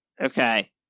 okay